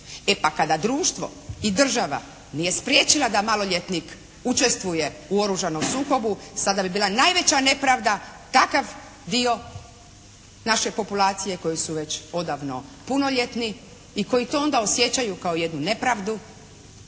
E pa kada društvo i država nije spriječila da maloljetnik učestvuje u oružanom sukobu sada bi bila najveća nepravda takav dio naše populacije koji su već odavno punoljetni i koji to onda osjećaju kao jednu nepravdu